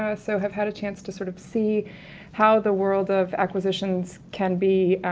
ah so have had a chance to sort of see how the world of acquisitions can be,